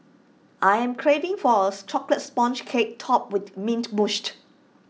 I am craving for A Chocolate Sponge Cake Topped with Mint Mousse